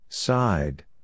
side